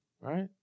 right